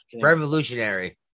revolutionary